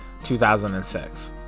2006